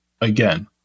again